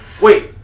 wait